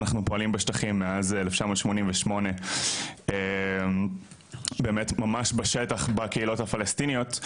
אנחנו פועלים בשטחים מאז 1988 באמת ממש בשטח בקהילות הפלסטיניות,